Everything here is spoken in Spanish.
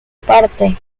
parte